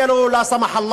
שוו בנפשכם,